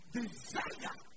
desire